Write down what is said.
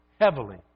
Heavily